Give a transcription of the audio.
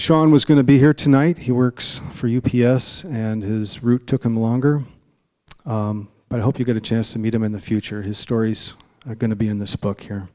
shawn was going to be here tonight he works for u p s and his route took him longer but i hope you get a chance to meet him in the future his stories are going to be in this book here